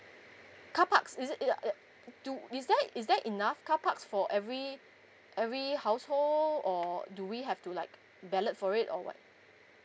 car parks is it err uh err uh do is that is that enough car parks for every every household or do we have to like ballot for it or what